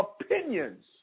opinions